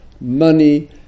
money